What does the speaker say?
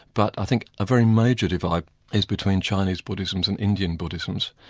but i think a very major divide is between chinese buddhisms and indian buddhisms.